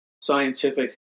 scientific